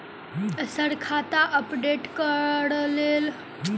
Sir खाता update करऽ लेल के.वाई.सी की जरुरत होइ छैय इ के.वाई.सी केँ मतलब की होइ छैय?